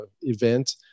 event